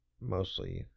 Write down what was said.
mostly